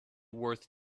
worth